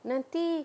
nanti